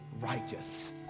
righteous